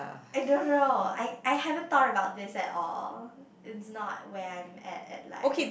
I don't know I I haven't thought about this at all it's not where I'm at at like